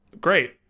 great